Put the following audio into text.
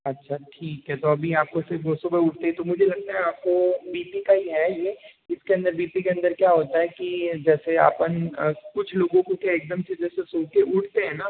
अच्छा ठीक है तो अभी आपको सिर्फ़ वो सुबह उठते हैं तो मुझे लगता है आपको बी पी का ही है ये इसके अंदर बी पी के अंदर क्या होता है कि जैसे अपन कुछ लोगों को क्या है एकदम से जैसे से सोकर उठते हैं न